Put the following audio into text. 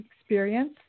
experience